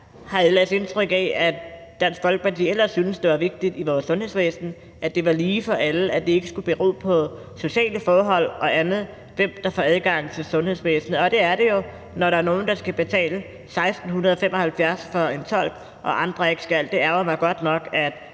jeg har ellers indtryk af, at Dansk Folkeparti ellers synes, at det er vigtigt i vores sundhedsvæsen, at det er lige for alle, og at det ikke skal bero på sociale forhold og andet, i forhold til hvem der får adgang til sundhedsvæsenet. Og det er det jo, når der er nogle, der skal betale 1.675 kr. for en tolk, og når andre ikke skal. Det ærgrer mig godt nok, at